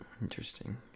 Interesting